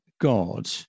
god